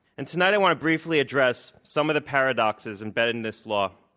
and tonight i want to briefly address some of the paradoxes embedded in this law.